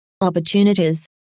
opportunities